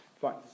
fine